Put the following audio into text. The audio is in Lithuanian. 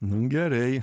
nu gerai